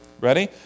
Ready